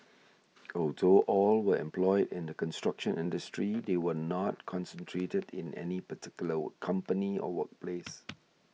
although all were employed in the construction industry they were not concentrated in any particular company or workplace